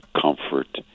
comfort